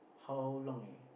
how long already